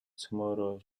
цөмөөрөө